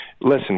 listen